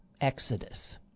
Exodus